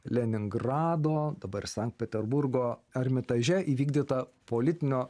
leningrado dabar sankt peterburgo ermitaže įvykdytą politinio